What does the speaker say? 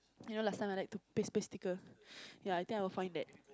you know last time I like to paste paste sticker ya I think I will find that